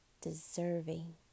deserving